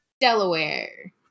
Delaware